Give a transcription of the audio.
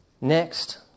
Next